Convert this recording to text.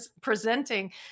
presenting